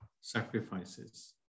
Sacrifices